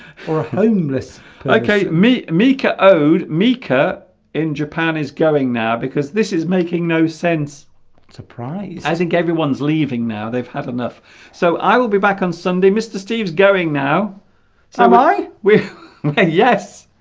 or a homeless okay me mica owed mica in japan is going now because this is making no sense surprise i think everyone's leaving now they've had enough so i will be back on sunday mr. steve's going now so why we and yes